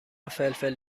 فلفل